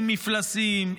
עם מפלסים,